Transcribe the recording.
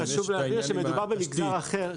חשוב להגיד שמדובר במגזר אחר,